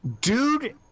Dude